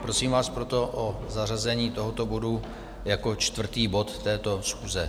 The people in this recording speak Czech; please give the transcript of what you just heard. Prosím vás proto o zařazení tohoto bodu jako čtvrtý bod této schůze.